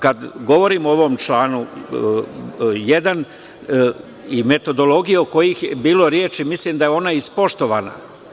Kada govorim o ovom članu 1. i metodologiji o kojoj je bilo reči, mislim da je ona ispoštovana.